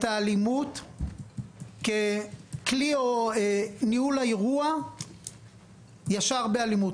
האלימות ככלי או ניהול האירוע ישר באלימות.